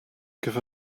give